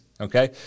okay